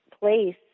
place